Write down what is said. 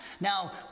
Now